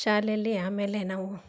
ಶಾಲೆಯಲ್ಲಿ ಆಮೇಲೆ ನಾವು